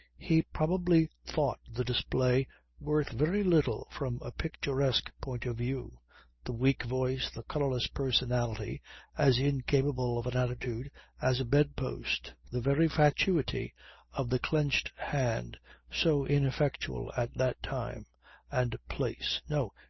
he probably thought the display worth very little from a picturesque point of view the weak voice the colourless personality as incapable of an attitude as a bed-post, the very fatuity of the clenched hand so ineffectual at that time and place no,